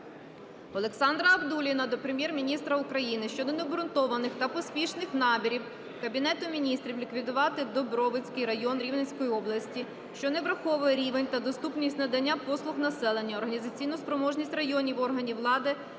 Олександра Абдулліна до Прем'єр-міністра України щодо необґрунтованих та поспішних намірів Кабінету Міністрів ліквідувати Дубровицький район Рівненської області, що не враховує рівень та доступність надання послуг населенню, організаційну спроможність районних органів влади